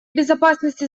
безопасности